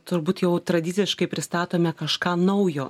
turbūt jau tradiciškai pristatome kažką naujo